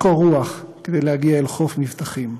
בקור רוח ולהגיע אל חוף מבטחים.